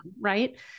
right